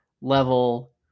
level